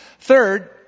Third